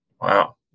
Wow